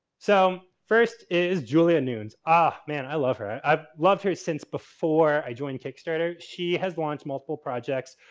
so, first is julia nunes. ah, man, i love her. i've loved her since before i joined kickstarter. she has launched multiple projects.